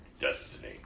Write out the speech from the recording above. destiny